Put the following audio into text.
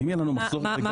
כי